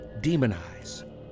demonize